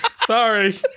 Sorry